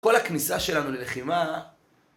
כל הכניסה שלנו ללחימה